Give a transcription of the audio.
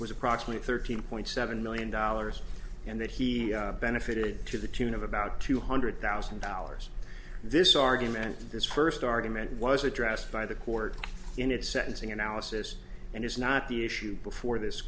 was approximately thirteen point seven million dollars and that he benefited to the tune of about two hundred thousand dollars this argument this first argument was addressed by the court in its sentencing analysis and is not the issue before this